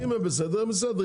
אם הם בסדר הם בסדר,